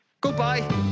Goodbye